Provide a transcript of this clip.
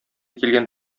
килгән